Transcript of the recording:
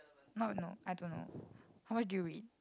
not no I don't know how much do you read